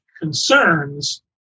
concerns